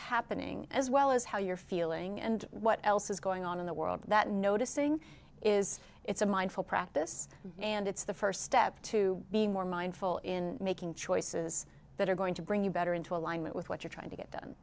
happening as well as how you're feeling and what else is going on in the world that noticing is it's a mindful practice and it's the first step to be more mindful in making choices that are going to bring you better into alignment with what you're trying to get done